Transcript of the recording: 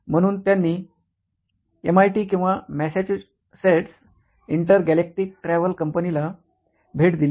म्हणून त्यांनी एमआयटी किंवा मॅसाचुसेट्स इंटरगॅलेक्टिक ट्रॅव्हल कंपनीला भेट दिली